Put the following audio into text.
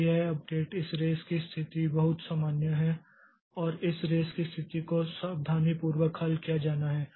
तो यह अपडेट इस रेस की स्थिति बहुत सामान्य है और इस रेस की स्थिति को सावधानीपूर्वक हल किया जाना है